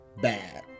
bad